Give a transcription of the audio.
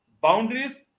boundaries